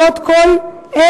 ועוד כל אלו,